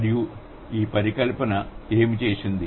మరియు ఈ పరికల్పన ఏమి చేసింది